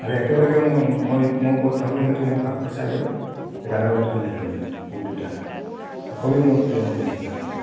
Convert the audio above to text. আৰু একেলগে মই ওপৰত থাকোঁ সিহঁতক মোৰ কাষত ছাইডত সিহঁতে আৰামত শুই থাকে মানে কুকুৰ দুটাই খুবেই মোৰ প্ৰিয় মানে সেইকাৰণে